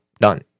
done